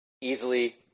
Easily